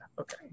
Okay